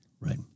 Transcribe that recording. Right